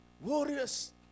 warriors